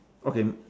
okay